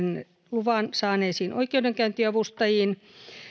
luvan saaneisiin oikeudenkäyntiavustajiin